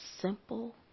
simple